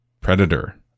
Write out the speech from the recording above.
predator